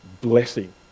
blessing